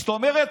זאת אומרת,